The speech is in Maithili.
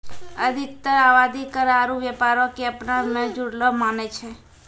अधिकतर आवादी कर आरु व्यापारो क अपना मे जुड़लो मानै छै